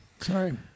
sorry